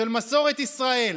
של מסורת ישראל,